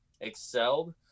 excelled